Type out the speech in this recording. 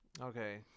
Okay